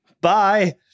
Bye